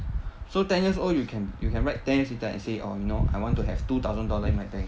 so ten years old you can you can write ten years later and say orh you know I want to have two thousand dollars in my bank